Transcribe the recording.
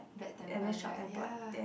bad temper right ya